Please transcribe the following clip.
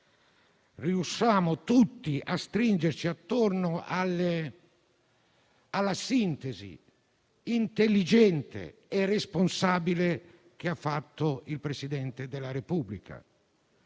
riusciamo tutti a stringerci attorno alla sintesi intelligente e responsabile che ha fatto il Presidente della Repubblica: